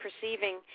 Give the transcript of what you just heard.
perceiving